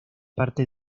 parte